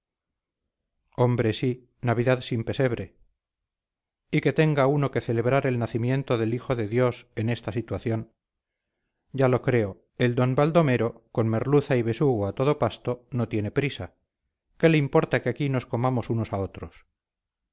hombre sí navidad sin pesebre y que tenga uno que celebrar el nacimiento del hijo de dios en esta situación ya lo creo el d baldomero con merluza y besugo a todo pasto no tiene prisa qué le importa que aquí nos comamos unos a otros